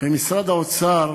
במשרד האוצר